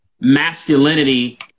masculinity